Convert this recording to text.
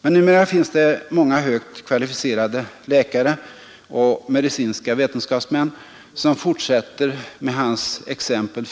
Men numera finns det många högt kvalificerade läkare och medicinska vetenskapsmän som fortsätter med dr Thachs exempel